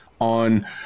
on